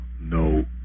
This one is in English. no